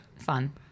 Fun